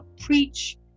preach